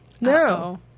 No